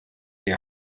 die